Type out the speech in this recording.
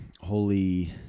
holy